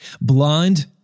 Blind